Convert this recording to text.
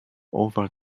over